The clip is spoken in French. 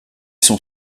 sont